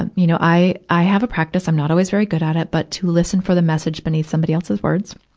and you know, i, i have a practice i'm not always very good at it but to listen to the message beneath somebody else's words.